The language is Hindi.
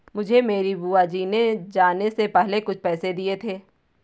मुझे मेरी बुआ जी ने जाने से पहले कुछ पैसे दिए थे